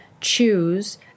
choose